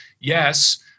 Yes